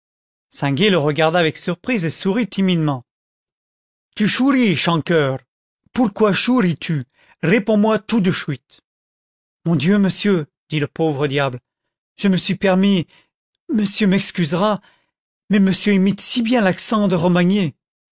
le regarda avec surprise et souril timidement tu chouris chans cœur pourquoi chouris tu réponds-moi tout de chuite mon dieu monsieur dit le pauvre diable je me suis permis monsieur m'excusera mais monsieur imite si bien l'accent de